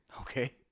okay